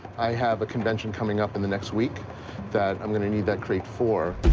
i have a convention coming up in the next week that i'm gonna need that crate for.